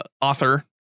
author